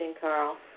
Carl